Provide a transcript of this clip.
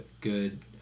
good